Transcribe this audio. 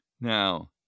Now